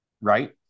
right